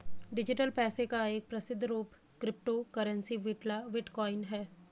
digital पैसे का एक प्रसिद्ध रूप क्रिप्टो करेंसी बिटकॉइन है